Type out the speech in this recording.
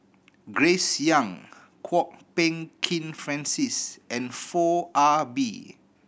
Grace Young Kwok Peng Kin Francis and Foo Ah Bee